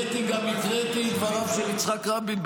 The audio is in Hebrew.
דווקא הקראתי גם הקראתי את דבריו של יצחק רבין,